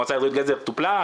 מועצה אזורית גזר טופלה,